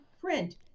print